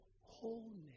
Wholeness